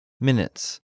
minutes